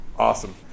Awesome